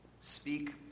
speak